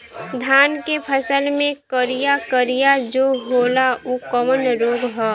धान के फसल मे करिया करिया जो होला ऊ कवन रोग ह?